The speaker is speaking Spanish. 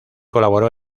colaboró